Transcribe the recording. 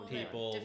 people